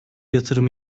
yatırım